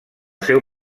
seu